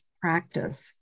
practice